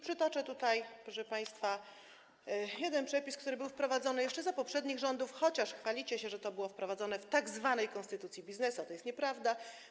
Przytoczę tutaj, proszę państwa, jeden przepis, który był wprowadzony jeszcze za poprzednich rządów, chociaż chwalicie się, że to było wprowadzone w tzw. konstytucji biznesu, a to jest nieprawda.